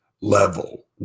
level